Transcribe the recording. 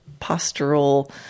postural